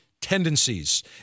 tendencies